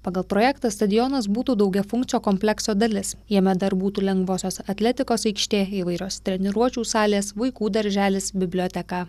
pagal projektą stadionas būtų daugiafunkcio komplekso dalis jame dar būtų lengvosios atletikos aikštė įvairios treniruočių salės vaikų darželis biblioteka